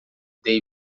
dei